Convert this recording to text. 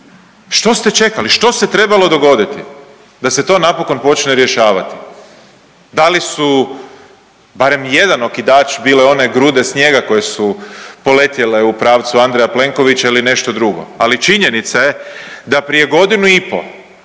Što ste čekali? Što se trebalo dogoditi da se to napokon počne rješavati? Da li su barem jedan okidač bile one grude snijega koje su poletjele u pravcu Andreja Plenkovića ili nešto drugo. Ali činjenica je da prije godinu i pol